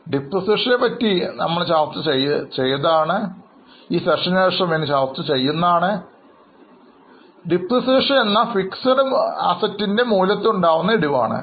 ഈ സെഷനു ശേഷം നമ്മൾ depreciation പറ്റി കൂടുതലായി ചർച്ച ചെയ്യുന്നതാണ് ഇപ്പോൾ ഡിപ്രീസിയേഷൻ എന്നാൽ fixed asset മൂല്യത്തിൽ ഉണ്ടാകുന്ന ഇടിവാണ്